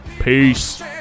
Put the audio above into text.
Peace